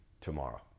tomorrow